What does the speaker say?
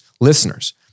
listeners